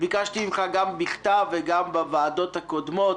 ביקשתי ממך גם בכתב וגם בוועדות הקודמות,